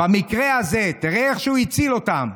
במקרה הזה תראה איך שהוא הציל אותם.